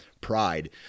pride